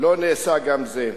לא נעשה גם זה.